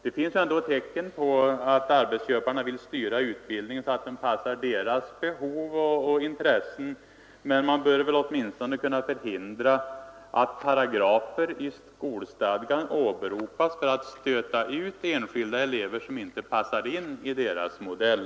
Det finns tecken på att arbetsköparna vill styra utbildningen så att den passar deras behov och intressen, men man bör åtminstone kunna förhindra att paragrafer i skolstadgan åberopas för att stöta ut enskilda elever som inte passar in i deras modell.